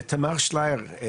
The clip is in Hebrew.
תמר שלייר?